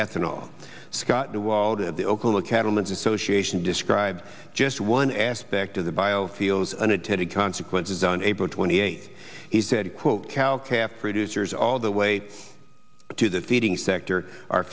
cattlemen's association describe just one aspect of the biofuels unintended consequences on april twenty eighth he said quote cal cap producers all the way to the feeding sector are